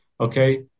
okay